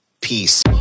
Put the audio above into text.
Peace